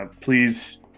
Please